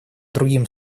другим